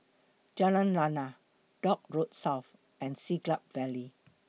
Jalan Lana Dock Road South and Siglap Valley